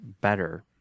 better